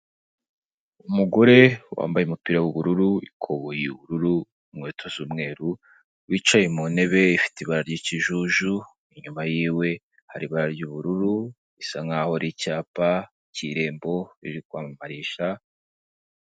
Umugore wambaye umupira w'ubururu, ikoboyi y'ubururu, ikweto z'umweru, wicaye mu ntebe ifite ibara ry'ikijuju; inyuma yiwe hari ibara ry'ubururu bisa nkaho ari icyapa cy'irembo riri kwambarisha.